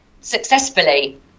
successfully